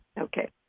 Okay